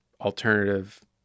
alternative